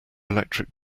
electric